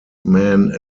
man